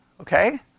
okay